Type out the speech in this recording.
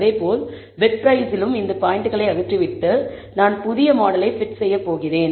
அதே போல் பிட் பிரைஸிலும் இந்த பாயிண்ட்களை அகற்றிவிட்டு நான் புதிய மாடலை fit செய்யப்போகிறேன்